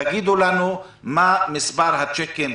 תגידו לנו מה מספר הצ'קים,